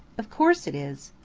of course it is.